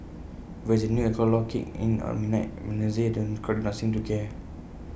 even as the new alcohol law kicked in at midnight on Wednesday the crowd not seem to care